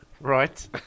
Right